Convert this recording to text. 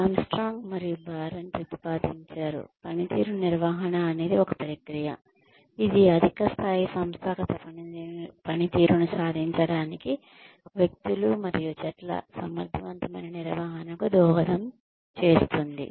Armstrong మరియు Baron ప్రతిపాదించారు పనితీరు నిర్వహణ అనేది ఒక ప్రక్రియ ఇది అధిక స్థాయి సంస్థాగత పనితీరును సాధించడానికి వ్యక్తులు మరియు జట్ల సమర్థవంతమైన నిర్వహణకు దోహదం చేస్తుంది